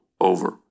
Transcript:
over